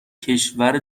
کشور